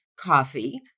coffee